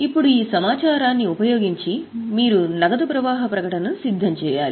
ఇప్పుడు ఈ సమాచారాన్ని ఉపయోగించి మీరు నగదు ప్రవాహ ప్రకటనను సిద్ధం చేయాలి